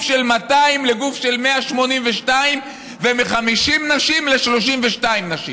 של 200 לגוף של 182 ומ-50 נשים ל-32 נשים.